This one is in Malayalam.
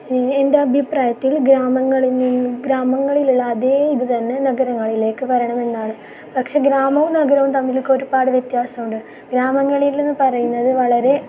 എൻ്റെ അഭിപ്രായത്തിൽ ഗ്രാമങ്ങളിൽ നിന്നും ഗ്രാമങ്ങളിലുള്ള അതേ ഇതുതന്നെ നഗരങ്ങളിലേക്ക് വരണമെന്നാണ് പക്ഷേ ഗ്രാമവും നഗരവും തമ്മിലൊക്കെ ഒരുപാട് വ്യത്യാസമുണ്ട് ഗ്രാമങ്ങളിൽ നിന്ന് എന്ന് പറയുന്നത് വളരെ